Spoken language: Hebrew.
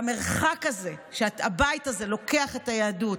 והמרחק הזה שהבית הזה לוקח אליו את היהדות